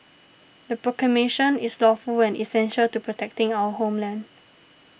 the proclamation is lawful and essential to protecting our homeland